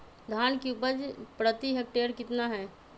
धान की उपज प्रति हेक्टेयर कितना है?